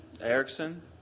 Erickson